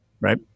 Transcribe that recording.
right